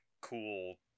cool